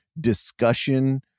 discussion